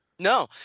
No